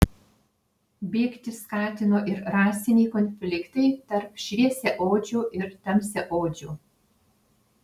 bėgti skatino ir rasiniai konfliktai tarp šviesiaodžių ir tamsiaodžių